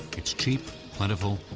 it's cheap, plentiful,